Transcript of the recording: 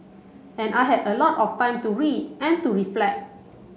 and I had a lot of time to read and to reflect